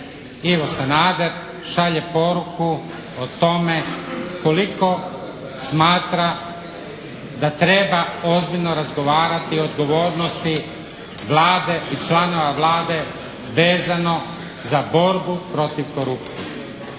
Ivo Sanader šalje poruku o tome koliko smatra da treba ozbiljno razgovarati o odgovornosti Vlade i članova Vlade vezano za borbu protiv korupcije.